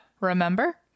Remember